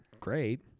great